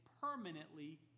permanently